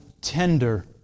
tender